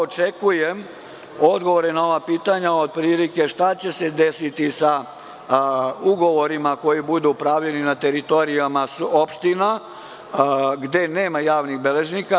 Očekujem odgovore na ova pitanja, otprilike – šta će se desiti sa ugovorima koje budu pravili na teritorijama opština gde nema javnih beležnika?